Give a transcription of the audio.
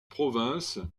province